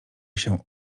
się